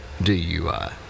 DUI